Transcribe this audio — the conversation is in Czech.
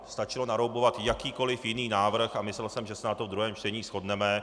Stačilo naroubovat jakýkoliv jiný návrh a myslel jsem, že se na tom v druhém čtení shodneme.